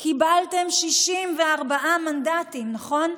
וקיבלתם 64 מנדטים, נכון?